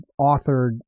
authored